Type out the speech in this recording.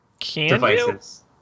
devices